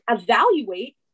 evaluate